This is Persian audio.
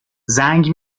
زنگ